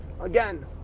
again